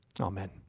Amen